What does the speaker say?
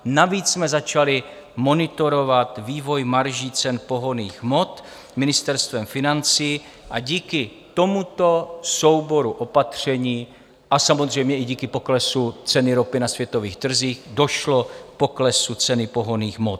Navíc jsme začali monitorovat vývoj marží cen pohonných hmot Ministerstvem financí a díky tomuto souboru opatření a samozřejmě i díky poklesu ceny ropy na světových trzích došlo k poklesu ceny pohonných hmot.